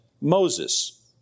Moses